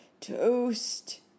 toast